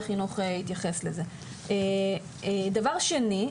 דבר שני.